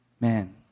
Man